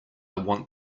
want